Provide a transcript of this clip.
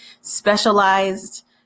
specialized